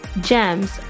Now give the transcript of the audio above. Gems